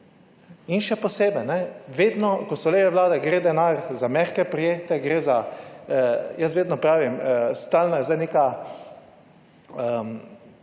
In še posebej, vedno ko so leve vlade, gre denar za mehke projekte, gre za…, jaz vedno pravim, stalna je zdaj neka